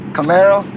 Camaro